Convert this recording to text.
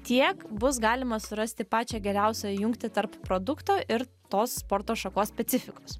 tiek bus galima surasti pačią geriausią jungtį tarp produkto ir tos sporto šakos specifikos